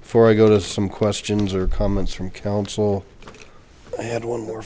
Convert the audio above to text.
before i go to some questions or comments from council i had one more